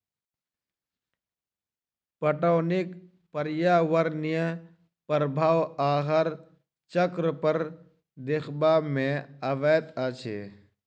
पटौनीक पर्यावरणीय प्रभाव आहार चक्र पर देखबा मे अबैत अछि